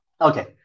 Okay